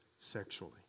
sexually